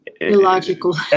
illogical